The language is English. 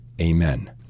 Amen